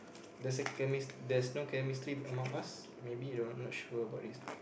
there's a chemist~ there's no chemistry among us maybe though not sure about this